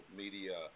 media